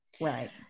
Right